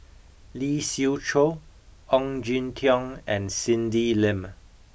Lee Siew Choh Ong Jin Teong and Cindy Lim